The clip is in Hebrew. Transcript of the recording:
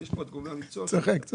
יש כאן את גורמי המקצוע שיתייחסו.